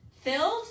filled